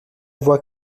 voit